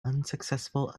unsuccessful